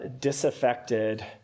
disaffected